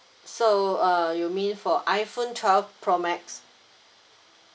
so uh you mean for iPhone twelve pro max